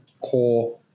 core